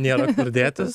nėra kur dėtis